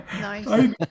Nice